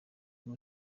uyu